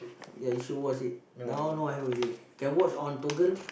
ya you should watch it now no have already can watch on Toggle